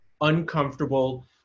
uncomfortable